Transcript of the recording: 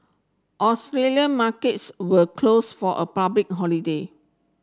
Australian markets were closed for a public holiday